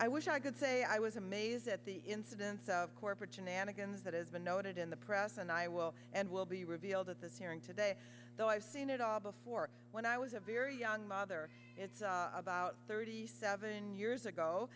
i wish i could say i was amazed at the incidence of corporate genetic and that has been noted in the press and i will and will be revealed at this hearing today though i've seen it all before when i was a very young mother it's about thirty seven years ago